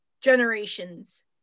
generations